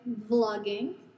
vlogging